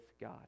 God